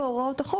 בהוראות החוק,